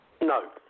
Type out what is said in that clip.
No